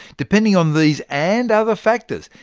depending on these and other factors,